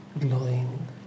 glowing